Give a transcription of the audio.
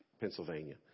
Pennsylvania